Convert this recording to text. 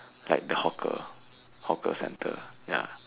like the hawker hawker centre ya